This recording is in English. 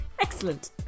excellent